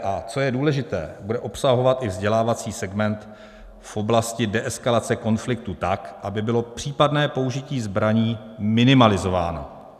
A co je důležité, bude obsahovat i vzdělávací segment v oblasti deeskalace konfliktu tak, aby bylo případné použití zbraní minimalizováno.